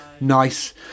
nice